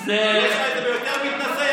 יש לך את זה ביותר מתנשא?